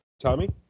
Tommy